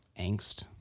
angst